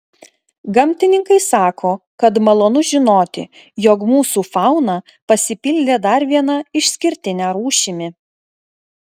gamtininkai sako kad malonu žinoti jog mūsų fauna pasipildė dar viena išskirtine rūšimi